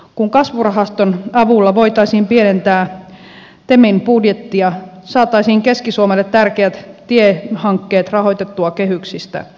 kun kasvurahaston avulla voitaisiin pienentää temin budjettia saataisiin keski suomelle tärkeät tiehankkeet rahoitettua kehyksistä